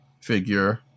figure